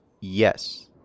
yes